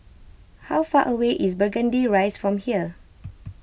how far away is Burgundy Rise from here